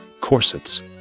Corsets